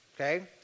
okay